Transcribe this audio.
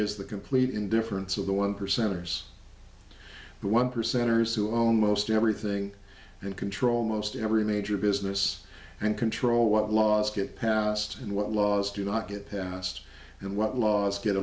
is the complete indifference of the one percenters the one percenters who almost everything and control most every major business and control what laws get passed and what laws do not get passed and what laws get